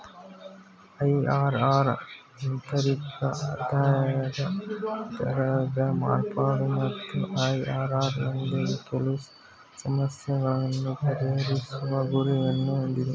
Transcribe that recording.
IRR ಆಂತರಿಕ ಆದಾಯದ ದರದ ಮಾರ್ಪಾಡು ಮತ್ತು ಐ.ಆರ್.ಆರ್ ನೊಂದಿಗೆ ಕೆಲವು ಸಮಸ್ಯೆಗಳನ್ನು ಪರಿಹರಿಸುವ ಗುರಿಯನ್ನು ಹೊಂದಿದೆ